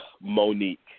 Monique